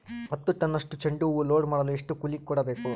ಹತ್ತು ಟನ್ನಷ್ಟು ಚೆಂಡುಹೂ ಲೋಡ್ ಮಾಡಲು ಎಷ್ಟು ಕೂಲಿ ಕೊಡಬೇಕು?